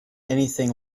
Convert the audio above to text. anything